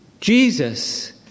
Jesus